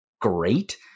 great